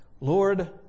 Lord